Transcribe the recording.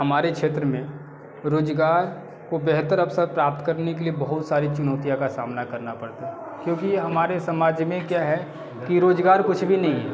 हमारे क्षेत्र में रोज़गार को बेहतर अवसर प्राप्त करने के लिए बहुत सारी चुनौतियों का सामना करना पड़ता है क्योंकि हमारे समाज में क्या है कि रोज़गार कुछ भी नहीं है